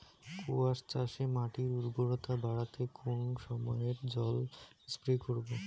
কোয়াস চাষে মাটির উর্বরতা বাড়াতে কোন সময় জল স্প্রে করব?